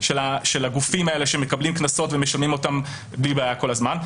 של הגופים האלה שמקבלים קנסות ומשלמים אותם בלי בעיה כל הזמן.